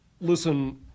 Listen